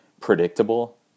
predictable